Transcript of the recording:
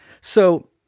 So-